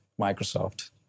Microsoft